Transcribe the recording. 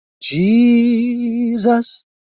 Jesus